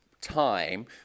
time